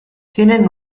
tienen